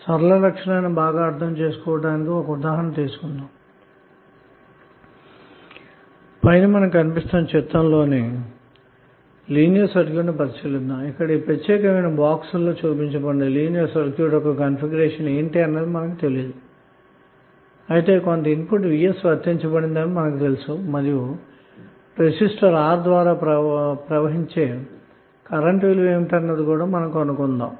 సరళ లక్షణాన్ని బాగా అర్థం చేసుకోవడానికి ఇప్పుడు ఒక ఉదాహరణ తీసుకుందాం పైన చూపించిన చిత్రంలోని లీనియర్ సర్క్యూట్ను పరిశీలిస్తే ఈ ప్రత్యేకమైన పెట్టె లోపల చూపబడిన లీనియర్ సర్క్యూట్ యొక్క కాన్ఫిగరేషన్ ఏమిటి అన్నది మనకు తెలియదు కానీ కొంత ఇన్పుట్ vs వర్తించబడిందని మనకు తెలిసు కాబాట్టి రెసిస్టర్ R ద్వారా ప్రవహించే కరెంటు విలువ కనుగొందాము